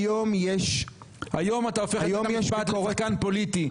היום אתה הופך את מה שקורה כאן לפוליטי.